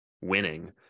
winning